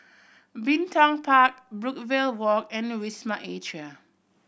Bin Tong Park Brookvale Walk and Wisma Atria